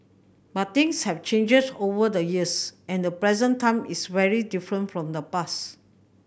but things have changes over the years and the present time is very different from the past